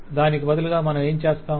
దానికి బదులుగా మనం ఏం చేస్తాం